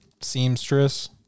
seamstress